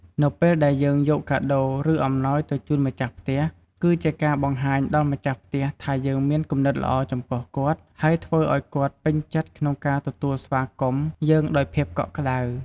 នៅពេលដែលយើងយកកាដូរឬអំណោយទៅជូនម្ចាស់ផ្ទះ គឺជាការបង្ហាញដល់ម្ចាស់ផ្ទះថាយើងមានគំនិតល្អចំពោះគាត់ហើយធ្វើឲ្យគាត់ពេញចិត្តក្នុងការទទួលស្វាគមន៏យើងដោយភាពកក់ក្តៅ។